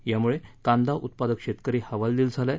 यामुळे कांदा उत्पादक शेतकरी हवालदिल झाला आहे